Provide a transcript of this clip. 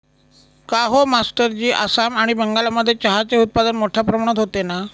काहो मास्टरजी आसाम आणि बंगालमध्ये चहाचे उत्पादन मोठया प्रमाणात होते ना